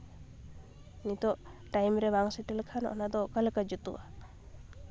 ᱱᱤᱛᱳᱜ ᱴᱟᱭᱤᱢ ᱨᱮ ᱵᱟᱝ ᱥᱮᱴᱮᱨ ᱞᱮᱠᱷᱟᱱ ᱚᱱᱟ ᱫᱚ ᱚᱠᱟᱞᱮᱠᱟ ᱡᱩᱛᱩᱜᱼᱟ